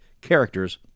characters